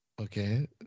Okay